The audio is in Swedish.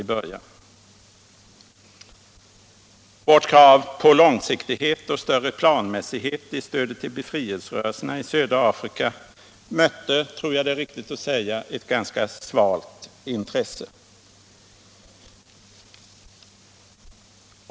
Vårt krav på ökningar av anslagen, på långsiktighet och större planmässighet i stödet till befrielserörelserna i södra Afrika mötte — det tror jag är riktigt att säga — ett ganska svalt intresse från socialdemokratins sida.